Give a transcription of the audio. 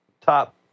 top